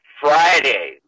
Friday